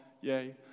yay